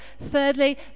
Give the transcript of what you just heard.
Thirdly